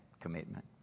commitment